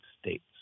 States